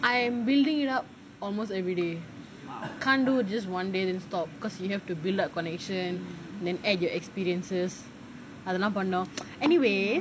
I am building it up almost everyday can't do just one day then stop because you have to build up connection then add your experiences அதலாம் பண்ணனும்:athalaam pannanum anyway